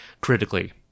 critically